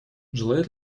желает